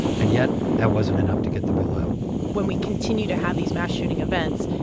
and yet, that wasn't enough to get the bill out when we continue to have these mass shooting events,